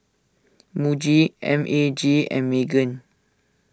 Muji M A G and Megan